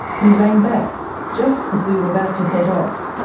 who rang back just as we were about to set off.